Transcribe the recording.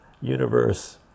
universe